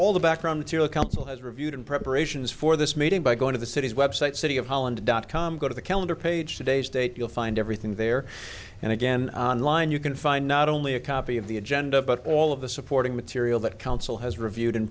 all the background material couple has reviewed in preparations for this meeting by going to the city's website city of holland dot com go to the calendar page today's date you'll find everything there and again on line you can find not only a copy of the agenda but all of the supporting material that council has reviewed in